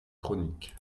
chroniques